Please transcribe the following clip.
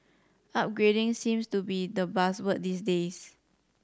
upgrading seems to be the buzzword these days